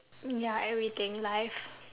ya everything life